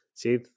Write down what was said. See